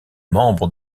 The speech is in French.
membre